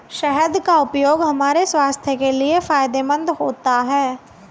शहद का उपयोग हमारे स्वास्थ्य के लिए फायदेमंद होता है